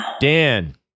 Dan